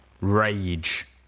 Rage